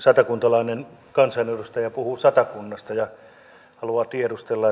satakuntalainen kansanedustaja puhuu satakunnasta ja haluaa tiedustella